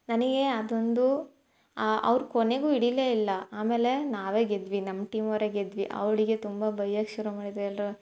ನನಗೆ ಅದೊಂದು ಅವ್ರು ಕೊನೆಗೂ ಹಿಡಿಲೇ ಇಲ್ಲ ಆಮೇಲೆ ನಾವೇ ಗೆದ್ವಿ ನಮ್ಮ ಟೀಮ್ ಅವರೇ ಗೆದ್ವಿ ಅವಳಿಗೆ ತುಂಬ ಬಯ್ಯೋಕ್ ಶುರು ಮಾಡಿದರು ಎಲ್ಲರೂ